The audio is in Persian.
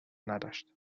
نداشت